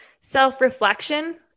self-reflection